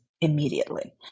immediately